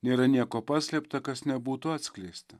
nėra nieko paslėpta kas nebūtų atskleista